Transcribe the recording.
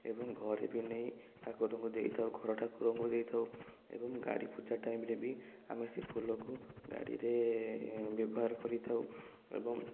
ଏବଂ ଘରେ ବି ନେଇ ଠାକୁରଙ୍କୁ ଦେଇଥାଉ ଘର ଠାକୁରଙ୍କୁ ଦେଇଥାଉ ଏବଂ ଗାଡ଼ି ପୂଜା ଟାଇମରେ ବି ଆମେ ସେ ଫୁଲକୁ ଗାଡ଼ିରେ ବ୍ୟବହାର କରିଥାଉ ଏବଂ